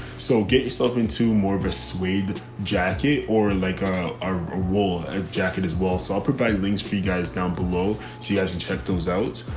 so get yourself into more of a suede. jacket or like um a wool ah jacket as well. so i'll provide links for you guys down below. so he hasn't checked those out.